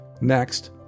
Next